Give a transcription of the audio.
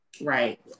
Right